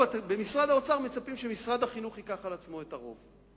במשרד האוצר מצפים שמשרד החינוך ייקח על עצמו את הרוב.